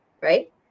right